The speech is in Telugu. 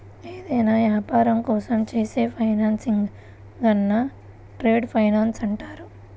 ఏదైనా యాపారం కోసం చేసే ఫైనాన్సింగ్ను ట్రేడ్ ఫైనాన్స్ అంటారు